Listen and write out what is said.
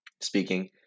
speaking